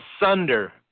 asunder